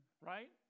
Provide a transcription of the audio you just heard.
Right